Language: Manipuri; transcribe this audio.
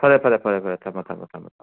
ꯐꯔꯦ ꯐꯔꯦ ꯐꯔꯦ ꯐꯔꯦ ꯊꯝꯃꯣ ꯊꯝꯃꯣ ꯊꯝꯃꯣ ꯊꯝꯃꯣ